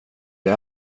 jag